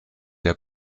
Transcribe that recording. der